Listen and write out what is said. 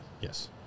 Yes